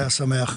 היה שמח.